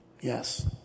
Yes